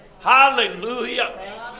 Hallelujah